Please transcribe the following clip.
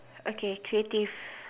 okay creative